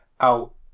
out